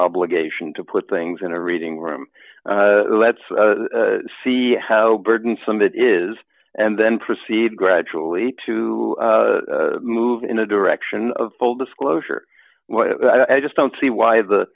obligation to put things in a reading room let's see how burdensome it is and then proceed gradually to move in a direction of full disclosure i just don't see why the